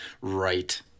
right